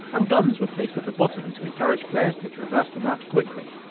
and guns were placed at the bottom to encourage players to traverse the map quickly.